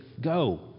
go